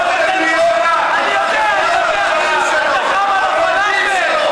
אני יודע, אתה חם על הפלאפל.